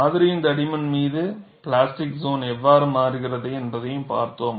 மாதிரியின் தடிமன் மீது பிளாஸ்டிக் சோன் எவ்வாறு மாறுகிறது என்பதைப் பார்த்தோம்